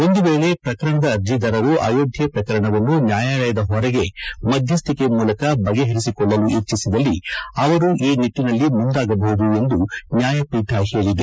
ಒಂದು ವೇಳಿ ಪ್ರಕರಣದ ಅರ್ಜಿದಾರರು ಅಯೋಧ್ಯೆ ಪ್ರಕರಣವನ್ನು ನ್ಯಾಯಾಲಯದ ಹೊರಗೆ ಮಧ್ಯಸ್ಥಿಕೆ ಮೂಲಕ ಬಗೆಹರಿಸಿಕೊಳ್ಳಲು ಇಚ್ಚಿಸಿದಲ್ಲಿ ಅವರು ಆ ನಿಟ್ಚಿನಲ್ಲಿ ಮುಂದಾಗಬಹುದು ಎಂದು ನ್ಯಾಯಪೀಠ ಹೇಳಿದೆ